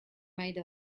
made